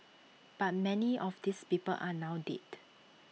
but many of these people are now dead